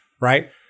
right